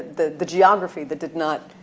the the geography that did not,